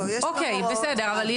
לא, יש כאן הוראות מעבר.